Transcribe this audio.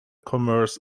commerce